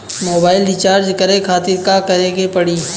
Mobile recharge करे खातिर का करे के पड़ी?